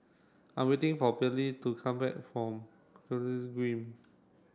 I'm waiting for Pearley to come back from